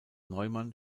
neumann